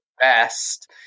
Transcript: best